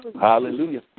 Hallelujah